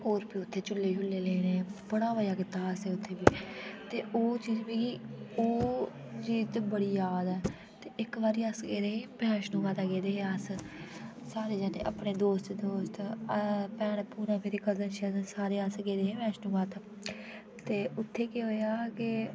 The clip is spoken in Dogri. होंर बी उत्थै झूले शुले लेने बड़ा मजा कीत्ता असे उत्थै बी ते ओह् चीज मिगी ओह् चीज ते मी बड़ी याद ऐ ते एक बारी अस गेदे है वैष्णो माता गेदे हे अस सारे जने अपने दोस्त दुस्त अ भैना भुना कजन क्यूजन अस सारे गेदे हे वैष्णो माता ते उत्थै के होंया के